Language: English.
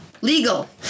legal